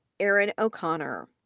erin o'connor,